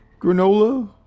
Granola